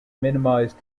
minimize